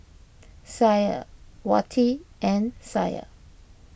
Syah Wati and Syah